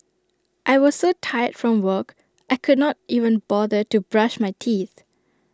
I was so tired from work I could not even bother to brush my teeth